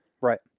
Right